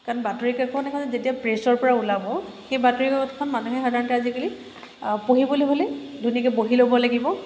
কাৰণ বাতৰিকাখন এখন যেতিয়া প্ৰেছৰপৰা ওলাব সেই বাতৰিকাকতখন মানুহে সাধাৰণতে আজিকালি পঢ়িবলৈ হ'লে ধুনীয়াকৈ বহি ল'ব লাগিব